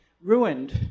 ruined